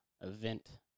event